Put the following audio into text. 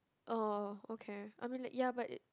orh okay I mean like ya but it